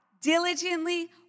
diligently